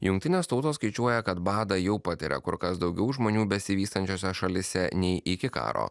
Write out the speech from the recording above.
jungtinės tautos skaičiuoja kad badą jau patiria kur kas daugiau žmonių besivystančiose šalyse nei iki karo